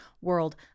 world